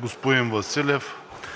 по същия начин